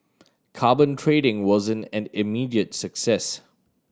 carbon trading wasn't an immediate success